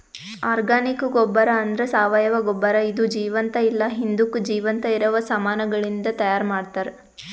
organic ಗೊಬ್ಬರ ಅಂದ್ರ ಸಾವಯವ ಗೊಬ್ಬರ ಇದು ಜೀವಂತ ಇಲ್ಲ ಹಿಂದುಕ್ ಜೀವಂತ ಇರವ ಸಾಮಾನಗಳಿಂದ್ ತೈಯಾರ್ ಮಾಡ್ತರ್